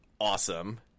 awesome